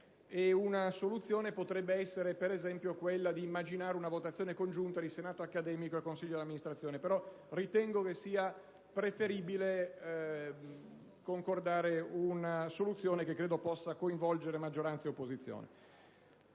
una soluzione potrebbe essere, per esempio, quella di immaginare una votazione congiunta di senato accademico e consiglio di amministrazione. Ritengo però che sia preferibile concordare una soluzione che credo possa coinvolgere maggioranza e opposizione.